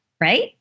right